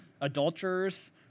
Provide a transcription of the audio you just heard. adulterers